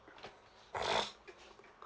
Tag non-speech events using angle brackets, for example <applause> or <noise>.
<noise>